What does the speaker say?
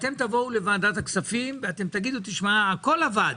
ואתם תבואו לוועדת הכספים ואתם תגידו שהכול עבד,